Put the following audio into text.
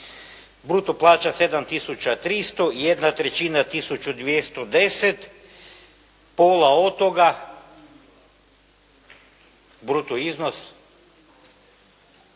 Bruto plaća 7 tisuća 300, jedna trećina, tisuću 210 pola od toga, bruto iznos,